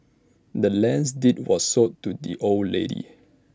the land's deed was sold to the old lady